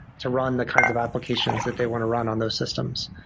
to run the kinds of applications that they want to run on those systems.